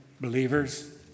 believers